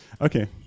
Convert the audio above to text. Okay